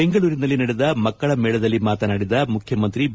ಬೆಂಗಳೂರಿನಲ್ಲಿ ನಡೆದ ಮಕ್ಕಳ ಮೇಳದಲ್ಲಿ ಮಾತನಾಡಿದ ಮುಖ್ಯಮಂತ್ರಿ ಬಿ